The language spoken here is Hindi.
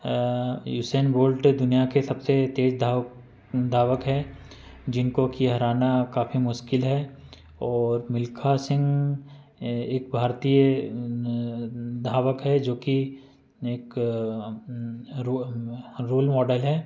यूसेन बोल्ट दुनिया के सबसे तेज़ धावक धावक हैं जिनको कि हराना काफ़ी मुश्किल है और मिल्खा सिंह एक भारतीय धावक हैं जो कि एक रोह रोल मॉडल हैं